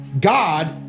God